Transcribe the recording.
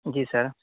جی سر